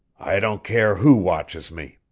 i don't care who watches me!